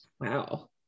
Wow